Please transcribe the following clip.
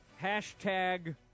Hashtag –